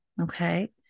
Okay